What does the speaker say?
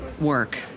work